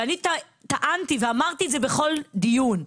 ואני טענתי, ואמרתי את זה בכל דיון: